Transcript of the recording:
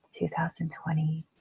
2020